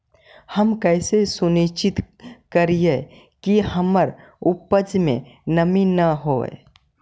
हम कैसे सुनिश्चित करिअई कि हमर उपज में नमी न होय?